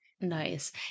Nice